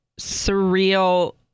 surreal